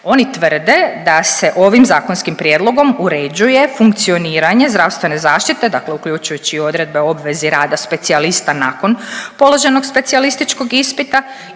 Oni tvrde da se ovim zakonskim prijedlogom uređuje funkcioniranje zdravstvene zaštite, dakle uključujući i odredbe o obvezi rada specijalista nakon položenog specijalističkog ispita